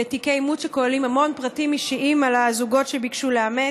תיקי אימוץ שכוללים המון פרטים אישיים על הזוגות שביקשו לאמץ.